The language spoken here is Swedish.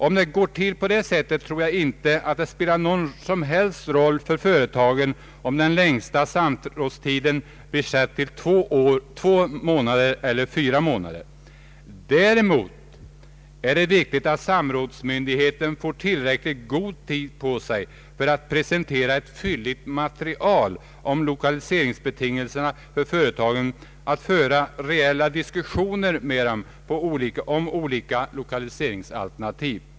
Om det går till på det sättet, tror jag inte att det spelar någon som helst roll för företagen om den längsta samrådstiden fastställs till två månader eller fyra månader. Däremot är det viktigt att samrådsmyndigheten får till räcklig tid på sig för att presentera ett fylligt material om lokaliseringsbetingelserna för företagen så att man kan föra reella diskussioner med dem om olika lokaliseringsalternativ.